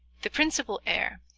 the principal heir,